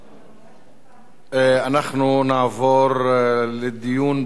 אנחנו נעבור לדיון בהסתייגויות